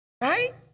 Right